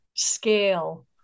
scale